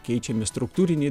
keičiami struktūriniai